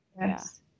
Yes